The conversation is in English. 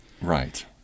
Right